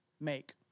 make